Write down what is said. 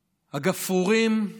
הגפרורים,